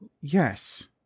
Yes